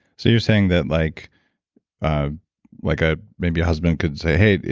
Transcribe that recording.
so you're saying that like ah like ah maybe a husband could say, hey,